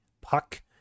Puck